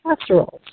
casseroles